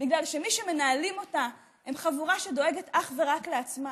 בגלל שמי שמנהלים אותה הם חבורה שדואגת אך ורק לעצמה?